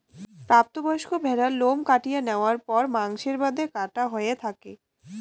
প্রাপ্ত বয়স্ক ভ্যাড়ার লোম কাটিয়া ন্যাওয়ার পর মাংসর বাদে কাটা হয়া থাকে